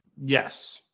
Yes